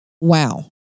Wow